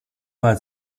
war